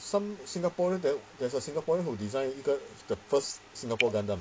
some singaporean that there's a singaporean who designed 一个 the first singapore gundam